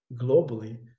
globally